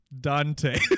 Dante